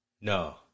No